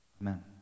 Amen